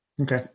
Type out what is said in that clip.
Okay